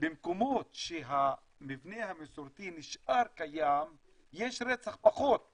במקומות שהמבנה המסורתי נשאר קיים יש פחות רצח